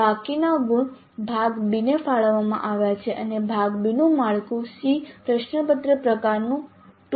બાકીના ગુણ ભાગ B ને ફાળવવામાં આવ્યા છે અને ભાગ B નું માળખું SEE પ્રશ્નપત્ર પ્રકાર 2 જેવું જ છે